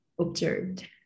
observed